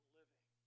living